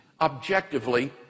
objectively